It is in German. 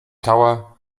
tower